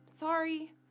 sorry